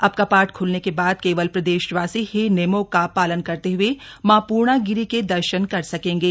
अब कपाट खुलने के बाद केवल प्रदेशवासी ही नियमों का का पालन करते ह्ए मां पूर्णागिरि के दर्शन कर सकेंगे